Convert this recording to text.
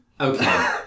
Okay